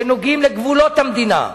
שנוגעים לגבולות המדינה,